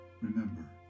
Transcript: Remember